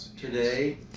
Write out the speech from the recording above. today